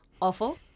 awful